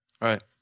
Right